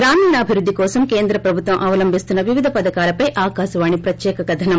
గ్రామీణాభివృద్ది కోసం కేంద్ర ప్రభుత్వం అవలంభిస్తున్న వివిధ పథకాలపై ఆకాశావాణి ప్రత్యేక కథనం